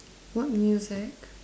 what music